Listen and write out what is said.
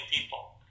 people